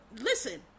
listen